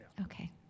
Okay